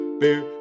beer